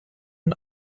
ihn